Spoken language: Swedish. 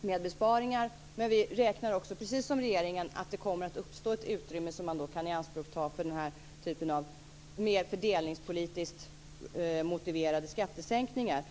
med besparingar, men vi räknar, precis som regeringen, med att det kommer att uppstå ett utrymme som man kan ta i anspråk för den här typen av mer fördelningspolitiskt motiverade skattesänkningar.